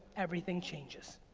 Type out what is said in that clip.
everything changes.